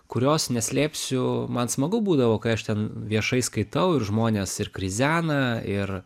kurios neslėpsiu man smagu būdavo kai aš ten viešai skaitau ir žmonės ir krizena ir